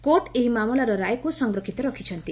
court ଏହି ମାମଲାର ରାୟକୁ ସଂରକ୍ଷିତ ରଖିଛନ୍ତି